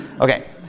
Okay